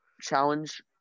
challenge